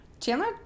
Chandler